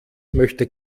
möchte